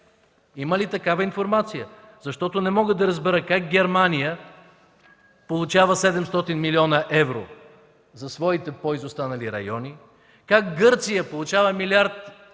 Има ли такава информация? Защото не мога да разбера как Германия получава 700 млн. евро за своите по-изостанали райони, как Гърция получава 1 млрд.